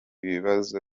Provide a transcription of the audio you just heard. bibazo